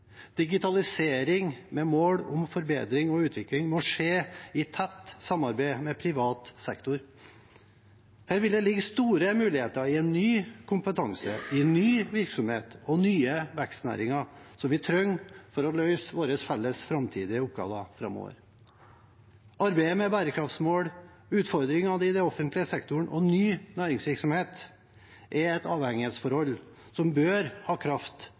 Digitalisering med mål om forbedring og utvikling må skje i tett samarbeid med privat sektor. Her vil det ligge store muligheter i ny kompetanse, ny virksomhet og nye vekstnæringer som vi trenger framover for å løse våre felles framtidige oppgaver. Arbeidet med bærekraftsmål, utfordringene i offentlig sektor og ny næringsvirksomhet er et avhengighetsforhold som i seg selv bør ha kraft